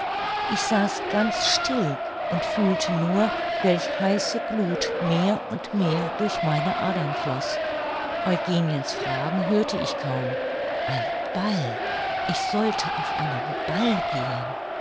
ich saß ganz still und fühlte nur welch heiße gluth mehr und mehr durch meine adern flog eugeniens fragen hörte ich kaum ein ball ich sollte auf einen ball gehen